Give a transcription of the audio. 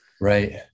right